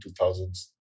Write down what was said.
2000s